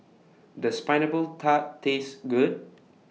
Does Pineapple Tart Taste Good